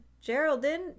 geraldine